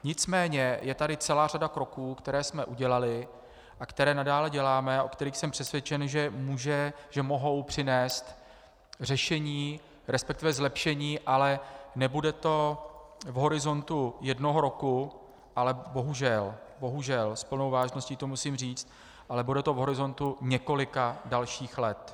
Nicméně je tu celá řada kroků, které jsme udělali a které nadále děláme a o kterých jsem přesvědčen, že mohou přinést řešení, resp. zlepšení, ale nebude to v horizontu jednoho roku, ale bohužel, s plnou vážností to musím říct, bude to v horizontu několika dalších let.